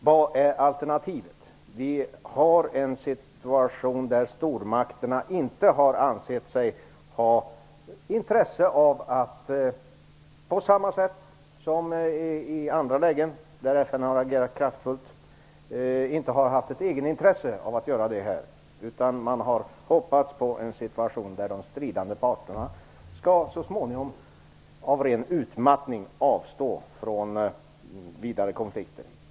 Vad är alternativet? Vi har en situation där stormakterna inte har ansett sig ha ett egenintresse av att FN agerar kraftfullt på samma sätt som i andra lägen. Man har hoppats att de stridande parterna så småningom av ren utmattning skall avstå från vidare konflikter.